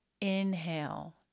inhale